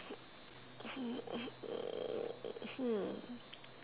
hmm